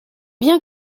bien